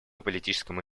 политическому